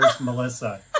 Melissa